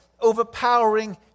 overpowering